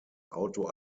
auto